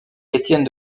étienne